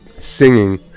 singing